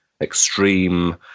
extreme